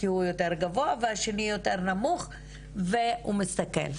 כי הוא יותר גבוה והשני יותר נמוך והוא מסתכל,